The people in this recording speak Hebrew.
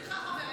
סליחה, חברים.